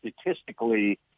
statistically